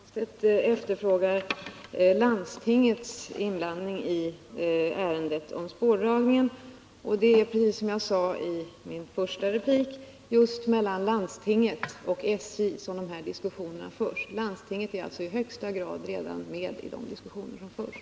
Herr talman! Herr Granstedt efterfrågar landstingets inblandning i ärendet. Det är, precis som jag sade i min första replik, just mellan landstinget och SJ som de här diskussionerna förs. Landstinget är alltså redan i högsta grad med i de diskussioner som förs.